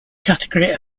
category